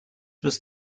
was